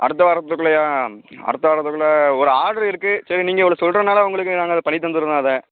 அடுத்த வாரத்துக்குள்ளையா அடுத்த வாரத்துக்குள்ளே ஒரு ஆட்ரு இருக்குது சரி நீங்கள் இவ்வளோ சொல்லுறதுனால உங்களுக்கு நாங்கள் அதை பண்ணி தந்துடறோம் அதை